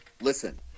Listen